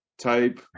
type